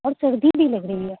اور سردی بھی لگ رہی ہے